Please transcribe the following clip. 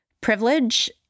privilege